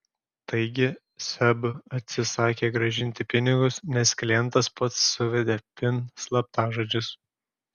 taigi seb atsisakė grąžinti pinigus nes klientas pats suvedė pin slaptažodžius